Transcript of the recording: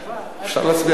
אפשר להצביע גם בעד,